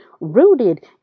Rooted